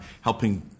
helping